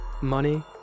Money